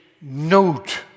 note